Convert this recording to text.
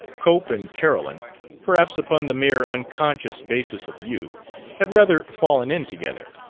cope and carolyn perhaps upon the mere unconscious basis of youth had rather fallen in together,